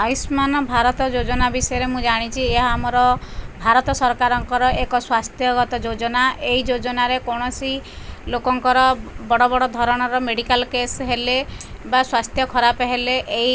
ଆୟୁଷ୍ମାନ ଭାରତ ଯୋଜନା ବିଷୟରେ ମୁଁ ଜାଣିଚି ଏହା ଆମର ଭାରତ ସରକାରଙ୍କର ଏକ ସ୍ୱାସ୍ଥ୍ୟଗତ ଯୋଜନା ଏଇ ଯୋଜନାରେ କୌଣସି ଲୋକଙ୍କର ବଡ଼ ବଡ଼ ଧରଣର ମେଡ଼ିକାଲ କେସ୍ ହେଲେ ବା ସ୍ୱାସ୍ଥ୍ୟ ଖରାପ ହେଲେ ଏଇ